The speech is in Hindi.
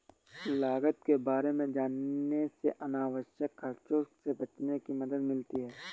लागत के बारे में जानने से अनावश्यक खर्चों से बचने में मदद मिलती है